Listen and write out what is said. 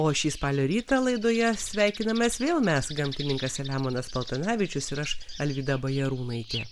o šį spalio rytą laidoje sveikinamės vėl mes gamtininkas selemonas paltanavičius ir aš alvyda bajarūnaitė